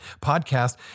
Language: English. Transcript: podcast